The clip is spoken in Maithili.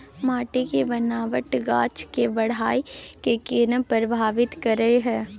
माटी के बनावट गाछ के बाइढ़ के केना प्रभावित करय हय?